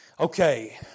Okay